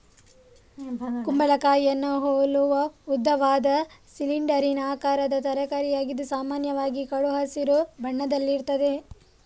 ಕುಂಬಳಕಾಯಿಯನ್ನ ಹೋಲುವ ಉದ್ದವಾದ, ಸಿಲಿಂಡರಿನ ಆಕಾರದ ತರಕಾರಿಯಾಗಿದ್ದು ಸಾಮಾನ್ಯವಾಗಿ ಕಡು ಹಸಿರು ಬಣ್ಣದಲ್ಲಿರ್ತದೆ